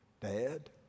Dad